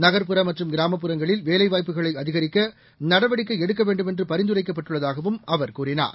நகர்புற மற்றம் கிராமப்புறங்களில் வேலவாய்ப்புக்களை அதிகரிக்க நடவடிக்கை எடுக்க வேண்டுமென்று பரிந்துரைக்கப்பட்டுள்ளதாகவும் அவர் கூறினார்